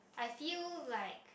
I feel like